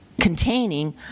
containing